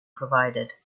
provided